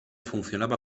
funcionaba